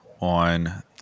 on